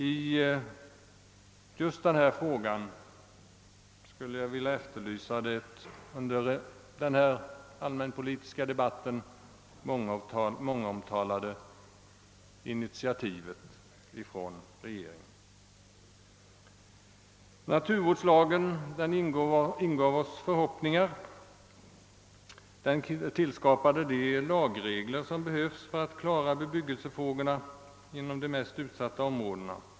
I just den här frågan skulle jag vilja efterlysa det under denna allmänpolitiska debatt mångomtalade initiativet från regeringens sida. Naturvårdslagen ingav oss förhoppningar. Den tillskapade de lagregler som behövs för att klara bebyggelsefrågorna inom de mest utsatta områdena.